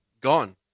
gone